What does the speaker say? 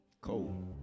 Cold